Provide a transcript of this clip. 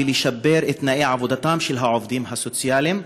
לשפר את תנאי עבודתם של העובדים הסוציאליים,